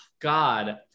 God